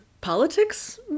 politics